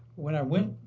when i went